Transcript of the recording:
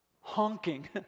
honking